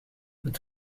het